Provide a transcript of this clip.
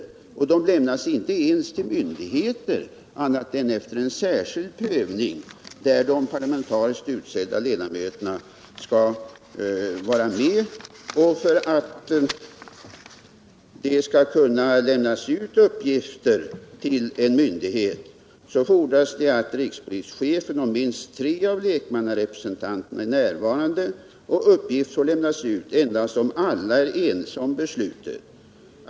Sådana uppgifter lämnas inte ens till myndighet annat än efter särskild prövning, där de parlamentariskt utsedda ledamöterna skall vara med. För att uppgifter skall kunna lämnas ut till en myndighet fordras det att rikspolischefen och minst tre av lekmannarepresentanterna är närvarande. Uppgift får lämnas ut endast då alla är ense om beslutet.